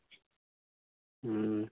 ᱦᱩᱸ